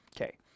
Okay